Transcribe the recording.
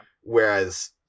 Whereas